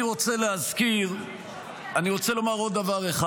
אני רוצה לומר עוד דבר אחד.